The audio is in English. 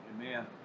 Amen